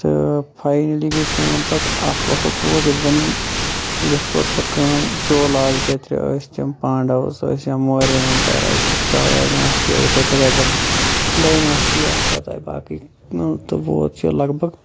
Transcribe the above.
تہٕ فاینَلی گے کٲم پَتہٕ اکھ وقٕت ووت ییٚلہِ زَن یہِ یَتھ کوٚر پَتہٕ کٲم چولاز بیترِ ٲسۍ تِم پانڈَوز ٲسۍ یا موریَن ایٚمپَیَر آے گُپتا ڈَیناسٹی آے یِتھے پٲٹھۍ آے پَتہٕ ڈَیناسٹی آے پَتہٕ آے باقی ووت یہِ لَگ بَگ